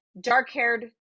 dark-haired